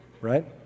right